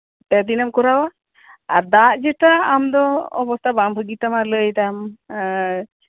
ᱯᱮ ᱫᱤᱱᱮᱢ ᱠᱚᱨᱟᱣᱟ ᱫᱟᱜ ᱡᱮᱴᱟ ᱟᱢᱫᱚ ᱚᱵᱚᱥᱛᱷᱟ ᱵᱟᱝ ᱵᱷᱟᱜᱤ ᱛᱟᱢᱟ ᱞᱟᱹᱭ ᱫᱟᱢ ᱮ